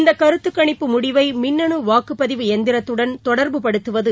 இந்த கருத்துக்கணிப்பு முடிவை மின்னனு வாக்குப்பதிவு எந்திரத்துடன் தொடர்பு படுத்துவது